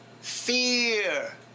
Fear